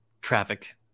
traffic